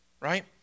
right